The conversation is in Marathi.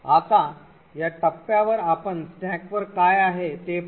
आता या टप्प्यावर आपण स्टॅकवर काय आहे ते पाहू